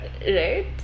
right